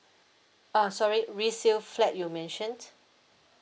uh sorry resale flat you mentioned